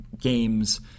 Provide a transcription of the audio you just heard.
Games